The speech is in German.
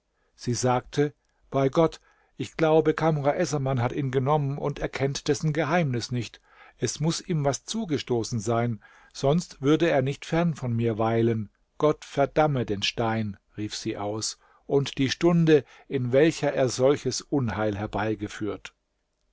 sie sagte bei gott ich glaube kamr essaman hat ihn genommen und er kennt dessen geheimnis nicht es muß ihm was zugestoßen sein sonst würde er nicht fern von mir weilen gott verdamme den stein rief sie aus und die stunde in welcher er solches unheil herbeigeführt